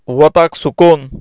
वताक सुकोवन